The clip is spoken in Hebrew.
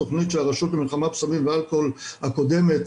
תוכנית שהרשות למלחמה בסמים ואלכוהול הקודמת